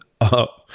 up